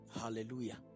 Hallelujah